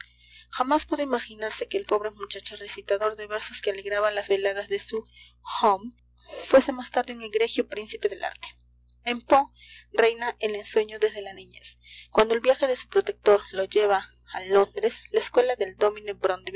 poeta jamás pudo imaginarse que el pobre muchacho recitador de versos que alegraba las veladas de su home fuese más tarde un egregio príncipe del arte en poe reina el ensueño desde la niñez cuando el viaje de su protector le lleva a londres la escuela del dómine